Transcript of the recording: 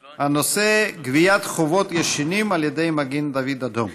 הנושא: גביית חובות ישנים על ידי מגן דוד אדום.